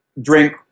drink